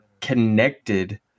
connected